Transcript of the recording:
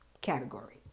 category